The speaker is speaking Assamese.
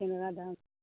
কেনেকুৱা দাম